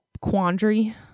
quandary